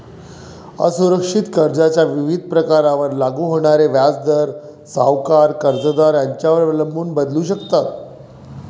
असुरक्षित कर्जाच्या विविध प्रकारांवर लागू होणारे व्याजदर सावकार, कर्जदार यांच्यावर अवलंबून बदलू शकतात